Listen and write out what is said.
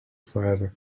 forever